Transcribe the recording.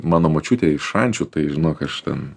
mano močiutė iš šančių tai žinok aš ten